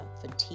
fatigue